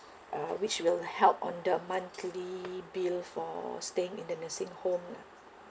uh which will help on the monthly bill for staying in the nursing home lah